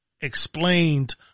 explained